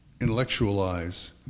intellectualize